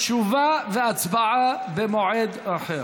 תשובה והצבעה במועד אחר.